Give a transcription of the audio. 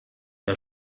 der